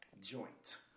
joint